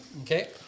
Okay